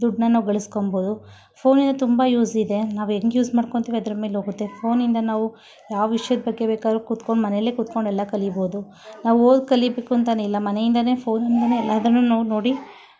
ದುಡ್ಡನ್ನ ನಾವು ಗಳಿಸ್ಕೊಳ್ಬೋದು ಫೋನಿಂದ ತುಂಬ ಯೂಸ್ ಇದೆ ನಾವು ಹೆಂಗೆ ಯೂಸ್ ಮಾಡ್ಕೊಂಳ್ತೀವಿ ಅದ್ರ ಮೇಲೆ ಹೋಗುತ್ತೆ ಫೋನಿಂದ ನಾವು ಯಾವ ವಿಷ್ಯದ ಬಗ್ಗೆ ಬೇಕಾದರೂ ಕೂತ್ಕೊಂಡು ಮನೆಯಲ್ಲೆ ಕುತ್ಕೊಂಡು ಎಲ್ಲ ಕಲಿಬಹ್ದು ನಾವು ಹೋಗಿ ಕಲಿಬೇಕು ಅಂತಲೇ ಇಲ್ಲ ಮನೆಯಿಂದಲೇ ಫೋನಿಂದಲೇ ಎಲ್ಲದನ್ನೂ ನೋಡಿ